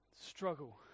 struggle